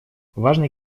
важный